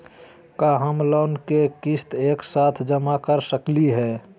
का हम लोन के किस्त एक साथ जमा कर सकली हे?